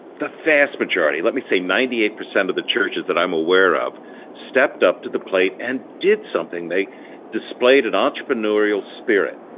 the vast majority let me say ninety eight percent of the churches that i'm aware of stepped up to the plate and did something. they displayed an entrepreneurial spirit.